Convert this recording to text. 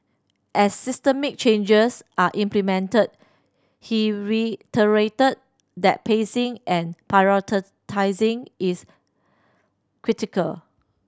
as systemic changes are implemented he reiterated that pacing and is critical